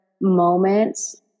moments